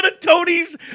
Tony's